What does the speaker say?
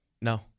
No